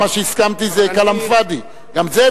אבל אני מקבל.